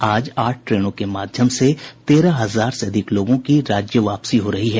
आज आठ ट्रेनों के माध्यम से तेरह हजार से अधिक लोगों की राज्य वापसी हो रही है